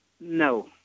No